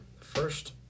First